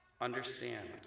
understand